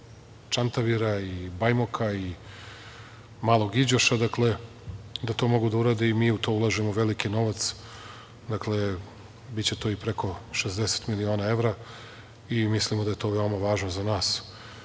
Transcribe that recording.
iz Čantavira, Bajmoka i Malog Iđoša, da to mogu da urade. Mi u to ulažemo veliki novac, biće to i preko 60 miliona evra i mislimo da je to veoma važno za